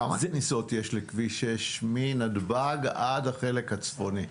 כמה כניסות יש לכביש 6 מנתב"ג עד החלק הצפוני?